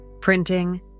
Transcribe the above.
printing